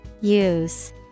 Use